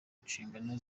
inshingano